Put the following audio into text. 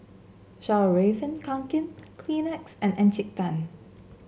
Fjallraven Kanken Kleenex and Encik Tan